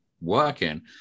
working